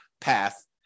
path